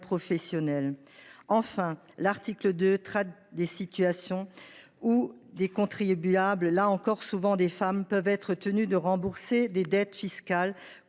professionnels. L’article 2 traite des situations où des contribuables – là encore, ce sont souvent des femmes – peuvent être tenus de rembourser des dettes fiscales